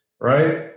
Right